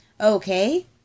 Okay